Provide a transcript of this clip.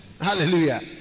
Hallelujah